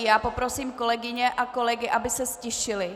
Já poprosím kolegyně a kolegy, aby se ztišili!